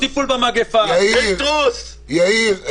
יאיר, יאיר.